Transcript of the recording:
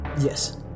Yes